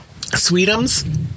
sweetums